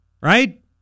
right